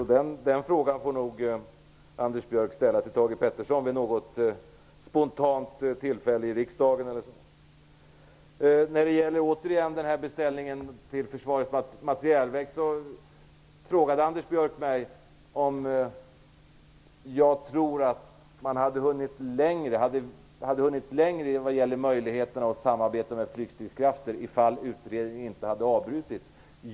Den här frågan får nog Anders Björck ställa till Thage G Peterson vid något tillfälle i riksdagen. Jag skall återigen ta upp frågan om beställningen till Försvarets materielverk. Anders Björck frågade mig om jag tror att man hade hunnit längre vad gäller kunskaperna om möjligheten att samarbeta med flygstridskrafter ifall utredningen inte hade avbrutits.